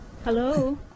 Hello